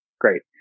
Great